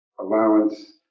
allowance